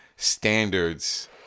standards